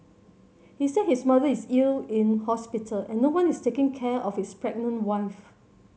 he said his mother is ill in hospital and no one is taking care of his pregnant wife